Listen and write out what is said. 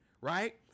right